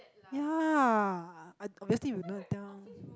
ya I obviously you don't tell